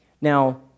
Now